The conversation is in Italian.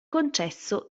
concesso